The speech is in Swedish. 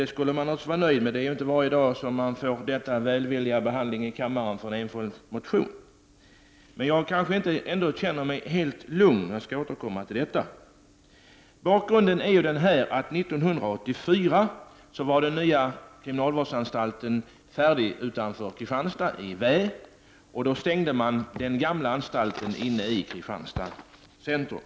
Det kan man i och för sig vara nöjd med, eftersom det inte är varje dag denna välvilliga behandling ges en enskild motion. Men jag känner mig ändå inte helt lugn, något som jag skall återkomma till. Bakgrunden är att den nya kriminalvåardsanstalten i Vä utanför Kristianstad var färdig 1984. Då stängde man den gamla anstalten inne i Kristianstad centrum.